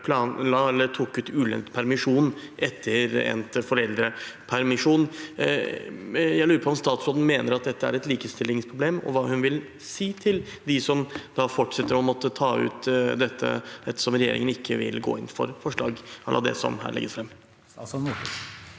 mødrene tok ut ulønnet permisjon etter endt foreldrepermisjon. Jeg lurer på om statsråden mener at dette er et likestillingsproblem, og hva hun vil si til dem som fortsatt må ta ut dette, ettersom regjeringen ikke vil gå inn for forslag à la det som legges fram